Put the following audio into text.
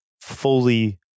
fully